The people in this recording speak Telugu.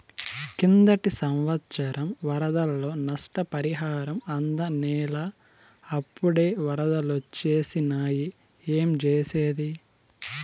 కిందటి సంవత్సరం వరదల్లో నష్టపరిహారం అందనేలా, అప్పుడే ఒరదలొచ్చేసినాయి ఏంజేసేది